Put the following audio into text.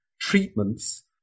treatments